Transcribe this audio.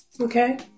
Okay